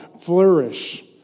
flourish